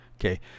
okay